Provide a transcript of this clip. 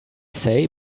say